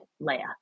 Leia